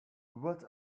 what